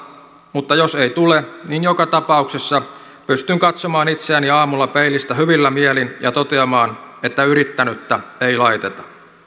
mutta jos ei tule niin joka tapauksessa pystyn katsomaan itseäni aamulla peilistä hyvillä mielin ja toteamaan että yrittänyttä ei laiteta